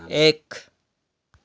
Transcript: एक